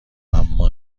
اما